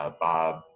Bob